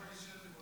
אם את רוצה להודות